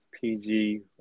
PG